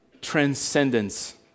transcendence